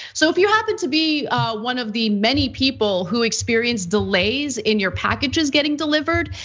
so if you happen to be one of the many people who experience delays in your packages getting delivered.